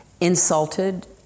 insulted